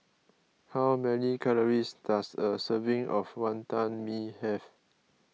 how many calories does a serving of Wantan Mee have